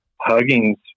Hugging's